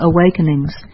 awakenings